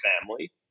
family